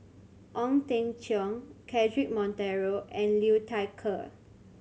Ong Teng Cheong Cedric Monteiro and Liu Thai Ker